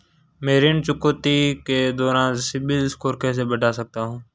मैं ऋण चुकौती के दौरान सिबिल स्कोर कैसे बढ़ा सकता हूं?